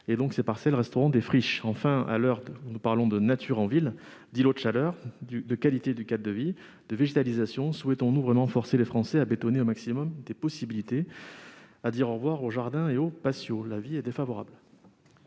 et les parcelles resteront des friches. Enfin, à l'heure où nous parlons de nature en ville, d'îlots de chaleur, de qualité du cadre de vie, de végétalisation, souhaitons-nous vraiment forcer les Français à bétonner au maximum, à dire au revoir aux jardins et aux patios ? La commission est défavorable